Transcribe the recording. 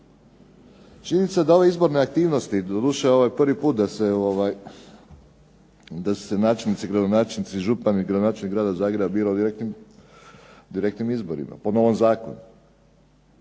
Činjenica je da ove izborne aktivnosti, doduše ovo je prvi put da se načelnici, gradonačelnici i župani i gradonačelnik grada Zagreba birali direktnim izborima po novom zakonu.